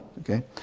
okay